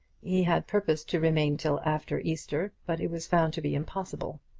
he had purposed to remain till after easter, but it was found to be impossible.